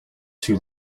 too